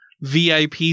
VIP